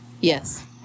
Yes